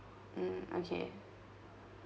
mm okay